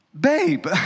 babe